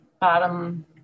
bottom